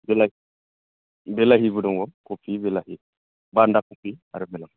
बिलाहि बिलाहिबो दङ कबि बिलाहि बान्दा कबि आरो बिलाहि